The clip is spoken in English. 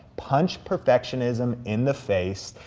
punch perfectionism in the face,